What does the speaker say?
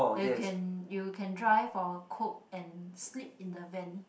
then you can you can drive or cook and sleep in the van